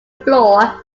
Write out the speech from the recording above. floor